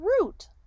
root